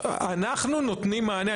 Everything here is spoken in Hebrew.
אנחנו נותנים מענה,